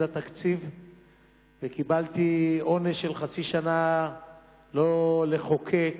התקציב וקיבלתי עונש של חצי שנה לא לחוקק.